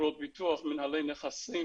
חברות ביטוח, מנהלי נכסים,